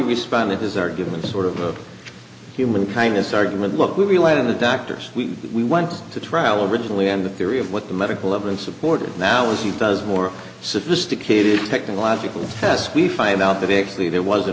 respond that his argument is sort of a human kindness argument look we relied on the doctors we we went to trial originally on the theory of what the medical evidence supporter now as he does more sophisticated technological tests we find out that he actually there was a